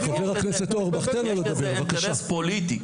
יש לזה אינטרס פוליטי,